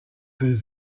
peut